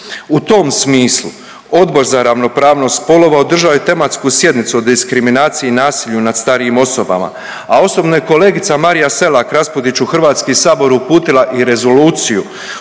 U tom smislu Odbor za ravnopravnost spolova održao je tematsku sjednicu o diskriminaciji i nasilju nad starijim osobama, a osobno je kolegica Marija Selak Raspudić u HS uputila i Rezoluciju